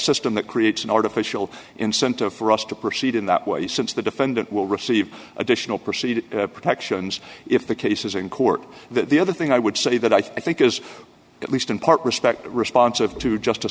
system that creates an artificial incentive for us to proceed in that way since the defendant will receive additional proceed protections if the case is in court that the other thing i would say that i think is at least in part respect responsive to justice